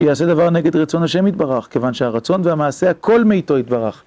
יעשה דבר נגד רצון השם יתברך, כיוון שהרצון והמעשה הכל מאיתו יתברך.